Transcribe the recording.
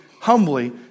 humbly